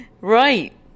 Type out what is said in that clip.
right